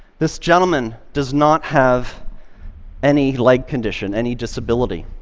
this gentleman does not have any leg condition, any disability.